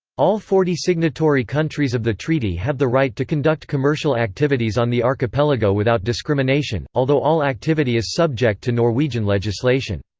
all forty signatory countries of the treaty have the right to conduct commercial activities on the archipelago without discrimination, although all activity is subject to norwegian legislation.